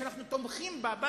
שאנחנו תומכים בה,